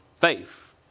faith